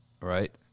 right